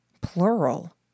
Plural